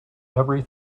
every